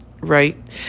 right